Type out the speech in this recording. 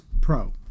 pro